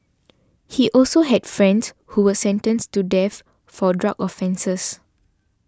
he also had friends who were sentenced to death for drug offences